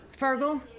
Fergal